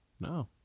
no